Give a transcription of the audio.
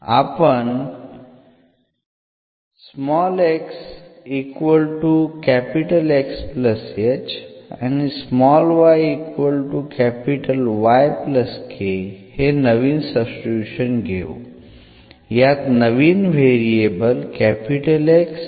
आपण हे नवीन सब्स्टिट्यूशन घेऊ यात नवीन व्हेरिएबल X आणि Y आहेत